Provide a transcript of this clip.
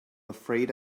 afraid